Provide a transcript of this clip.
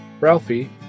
Ralphie